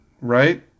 right